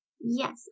Yes